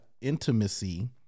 intimacy